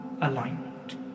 alignment